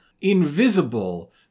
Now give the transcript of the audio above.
Invisible